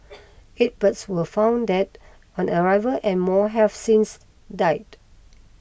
eight birds were found dead on arrival and more have since died